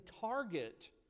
target